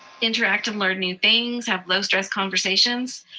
interact and learn new things, have low-stress conversations.